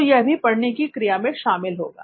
तो यह भी पढ़ने की क्रिया में शामिल होगा